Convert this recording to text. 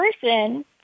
person